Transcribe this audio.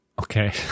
Okay